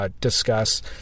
Discuss